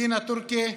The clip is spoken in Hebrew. דינא תורכי,